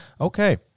Okay